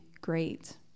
great